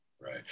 Right